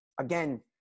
again